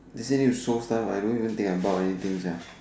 they say need to sew stuff I don't even think I bought anything sia